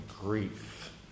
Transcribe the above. grief